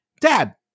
Dad